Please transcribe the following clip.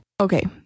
Okay